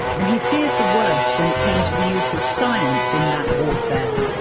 and he feared the worst when it came to the use of science in that warfare.